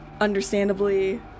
understandably